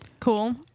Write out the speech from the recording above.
Cool